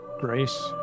grace